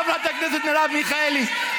חברת הכנסת מרב מיכאלי,